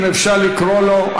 אם אפשר, לקרוא לו.